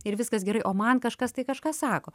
ir viskas gerai o man kažkas tai kažką sako